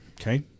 Okay